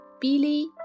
Billy